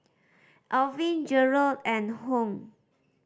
Alvin Jerald and Hung